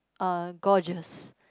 uh gorgeous